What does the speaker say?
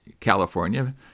California